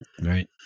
right